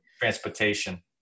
Transportation